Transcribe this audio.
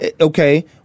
Okay